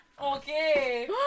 Okay